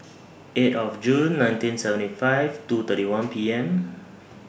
eight of June nineteen seventy five two thirty one P M